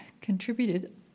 contributed